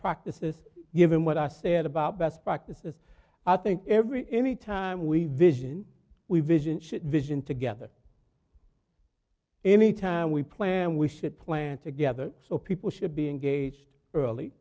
practices given what i said about best practices i think every every time we visualize we've vision should vision together anytime we plan we should plan together so people should be engaged early